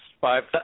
five